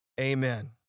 Amen